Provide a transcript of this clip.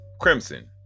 crimson